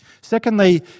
Secondly